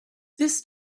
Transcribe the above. this